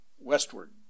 westward